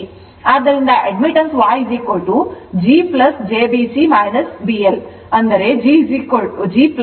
ಆದ್ದರಿಂದ admittance YG j B C B L G j 1XC 1XL ಅಂದರೆ YG j ω C 1L ω ಎಂದರ್ಥ